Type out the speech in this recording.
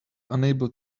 unable